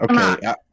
Okay